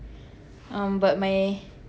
um but my